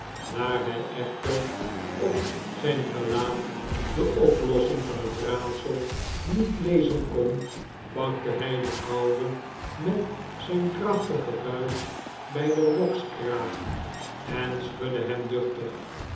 daar hij echter op zijn gelaat de oplossing van het raadsel niet lezen kon pakte hij den oude met zijne krachtige vuist bij den rokskraag en schudde hem duchtig